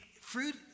Fruit